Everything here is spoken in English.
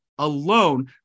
alone